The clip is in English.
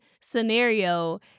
scenario